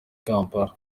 kampala